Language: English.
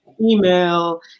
email